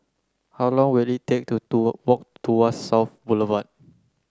how long will it take to to walk Tuas South Boulevard